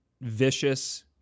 vicious